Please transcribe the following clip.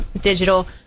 digital